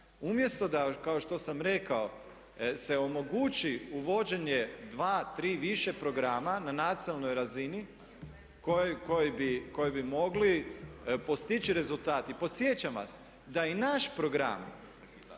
umjesto da kao što sam rekao se omogući uvođenje dva, tri više programa na nacionalnoj razini koji bi mogli postići rezultat. I podsjećam vas da i naš program